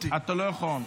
אתה לא יכול.